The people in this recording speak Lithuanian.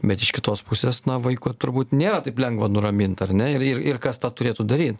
bet iš kitos pusės na vaiką turbūt nėra taip lengva nuramint ar ne ir ir kas tą turėtų daryt